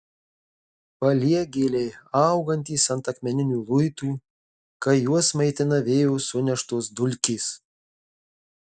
paliegėliai augantys ant akmeninių luitų kai juos maitina vėjo suneštos dulkės